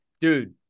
dude